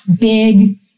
big